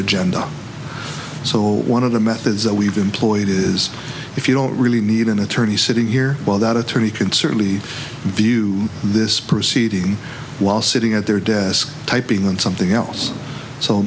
agenda so one of the methods that we've employed is if you don't really need an attorney sitting here while that attorney can certainly view this proceeding while sitting at their desk typing on something else so